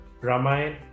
Ramayana